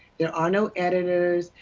there are no editors,